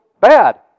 bad